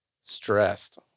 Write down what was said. stressed